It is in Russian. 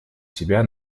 себя